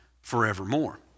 forevermore